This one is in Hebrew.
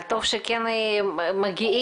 אבל טוב שכן מגיעים.